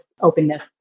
Openness